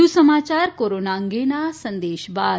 વધુ સમાચાર કોરોના અંગેના આ સંદેશ બાદ